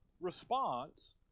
response